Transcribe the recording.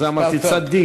בשביל זה אמרתי צדיק.